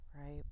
right